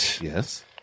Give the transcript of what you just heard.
Yes